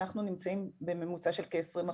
אנחנו נמצאים בממוצע של כ-20%,